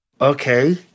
Okay